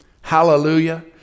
hallelujah